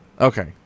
Okay